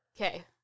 Okay